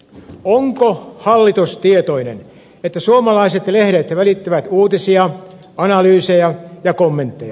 onko hallitus tietoinen että suomalaiset lehdet välittävät uutisia analyysejä ja kommentteja